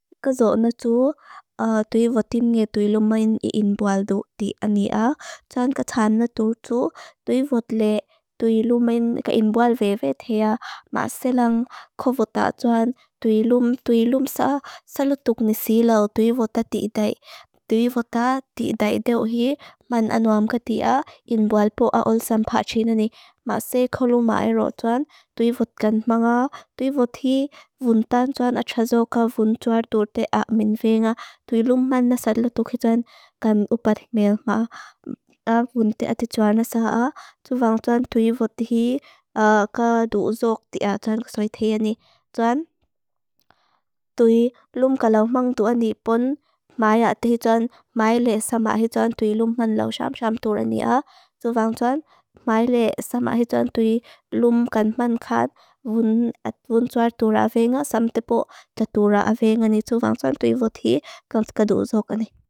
Ka zo na tu, tui votim nge tui lumen i inboal du ti ania. Tuan ka txan na tu tu, tui vot le, tui lumen ka inboal ve ve thea. Ma se lang ko vota tuan, tui lum, tui lum sa, sa lu tuk nisi lau tui vota tii dai. Tui vota tii dai deo hi, man anuam ka tia, inboal po aolsam pachina ni. Ma se kolumai ro tuan, tui vot gan manga, tui vot hi, vuntan tuan achazo ka vuntuar durte a min venga. Tui lum man na sa lu tuk hi tuan, gan upadhimil ma vunti ati tuan na sa ha. Tuvang tuan, tui vot tii ka duzok tia tuan, ksoi thea ni. Tuan, tui lum ka lau mang tuan hi pon, mai ati tuan, mai le sama hi tuan, tui lum man lau sam-sam turan ni ha. Tuvang tuan, mai le sama hi tuan, tui lum gan man khan, vunt at vuntuar tura venga, samtepo ta tura venga ni. Tuvang tuan, tui vot hi kan skadozok ani.